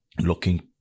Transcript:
looking